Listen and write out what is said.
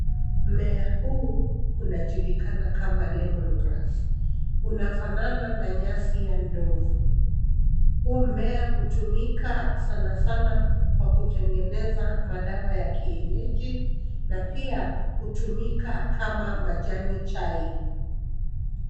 Mimea huu kunajulikana kama lemon grass unafanana na nyasi ya Ndovu, Huu mmea kutumika sanasana kwa kutengeneza madawa ya kienyeji na pia kutumika kama majani chai.